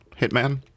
hitman